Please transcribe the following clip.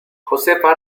josefa